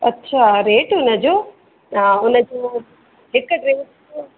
अच्छा रेट हुन जो हा हुन जो हिक ड्रेस जो